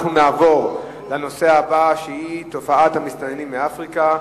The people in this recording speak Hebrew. הנושא הבא: תופעת המסתננים מאפריקה,